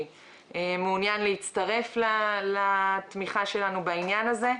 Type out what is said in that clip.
מעוניין להצטרף לתמיכה שלנו בעניין הזה.